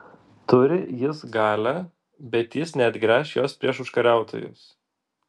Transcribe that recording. turi jis galią bet jis neatgręš jos prieš užkariautojus